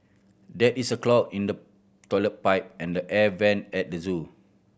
there is a clog in the toilet pipe and the air vent at the zoo